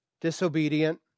disobedient